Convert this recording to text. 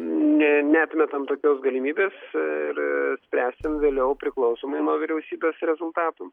ne neatmetam tokios galimybės ir spręsim vėliau priklausomai nuo vyriausybės rezultatų